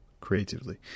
Creatively